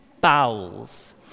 bowels